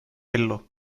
ellu